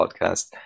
podcast